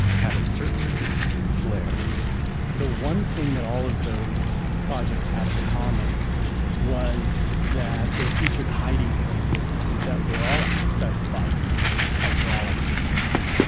had a certain flair the one thing that all of those projects had in common was that they featured hiding places that were all accessed by these hydraulic systems.